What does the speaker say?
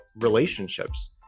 relationships